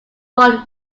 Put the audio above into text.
won